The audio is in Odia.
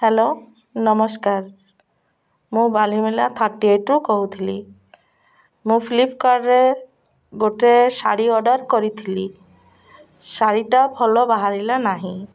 ହ୍ୟାଲୋ ନମସ୍କାର ମୁଁ ବାଲିମେଳା ଥାର୍ଟି ଏଇଟ୍ରୁୁ କହୁଥିଲି ମୁଁ ଫ୍ଲିପକାର୍ଟରେ ଗୋଟେ ଶାଢ଼ୀ ଅର୍ଡ଼ର୍ କରିଥିଲି ଶାଢ଼ୀଟା ଭଲ ବାହାରିଲା ନାହିଁ